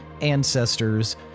Ancestors